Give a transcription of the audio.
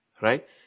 Right